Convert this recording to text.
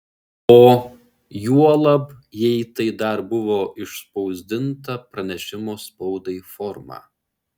o juolab jei tai dar buvo išspausdinta pranešimo spaudai forma